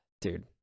dude